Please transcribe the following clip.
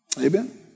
Amen